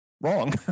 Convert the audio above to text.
wrong